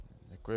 Děkuji.